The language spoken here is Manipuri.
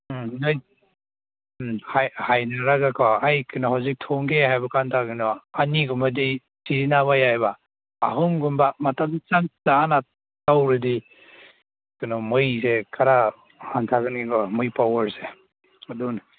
ꯅꯣꯏ ꯍꯥꯏ ꯍꯥꯏꯅꯔꯒꯀꯣ ꯑꯩ ꯀꯩꯅꯣ ꯍꯧꯖꯤꯛ ꯊꯣꯡꯒꯦ ꯍꯥꯏꯕ ꯀꯥꯟꯗ ꯀꯩꯅꯣ ꯑꯅꯤꯒꯨꯝꯕꯗꯤ ꯁꯤꯖꯤꯟꯅꯕ ꯌꯥꯏꯌꯦꯕ ꯑꯍꯨꯝꯒꯨꯝꯕ ꯃꯇꯝ ꯆꯞ ꯆꯥꯅ ꯇꯧꯔꯗꯤ ꯀꯩꯅꯣ ꯃꯩꯁꯦ ꯈꯔ ꯍꯟꯊꯒꯅꯤ ꯀꯣ ꯃꯩ ꯄꯥꯎꯋꯔꯁꯦ ꯑꯗꯨꯅꯤ